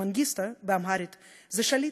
שמנגיסטו באמהרית זה "שליט"?